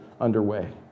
underway